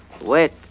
Wait